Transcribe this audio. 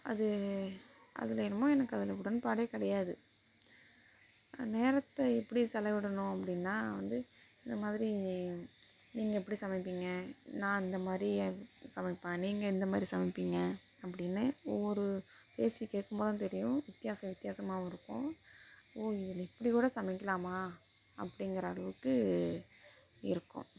அது அதில் என்னமோ எனக்கு அதில் உடன்பாடே கிடையாது நேரத்தை எப்படி செலவிடணும் அப்படின்னா வந்து இந்த மாதிரி நீங்கள் எப்படி சமைப்பீங்க நான் அந்த மாதிரி சமைப்பேன் நீங்கள் எந்த மாதிரி சமைப்பீங்க அப்படின்னு ஒவ்வொரு பேசி கேட்கும் போது தான் தெரியும் வித்தியாச வித்தியாசமாகவும் இருக்கும் ஓ இதில் இப்படி கூட சமைக்கலாமா அப்படிங்கிற அளவுக்கு இருக்கும்